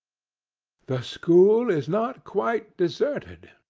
the school is not quite deserted,